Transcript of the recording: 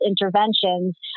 interventions